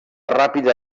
ràpida